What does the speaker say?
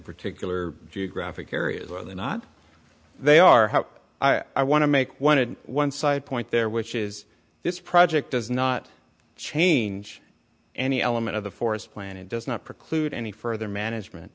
particular geographic areas whether or not they are how i want to make wanted one side point there which is this project does not change any element of the forest plan it does not preclude any further management